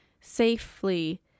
safely